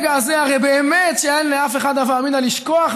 ברגע הזה הרי באמת אין לאף אחד הווה אמינא לשכוח,